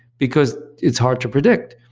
because it's hard to predict.